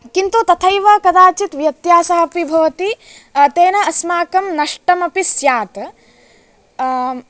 किन्तु तथैव कदाचित् व्यत्यासः अपि भवति तेन अस्माकं नष्टमपि स्यात्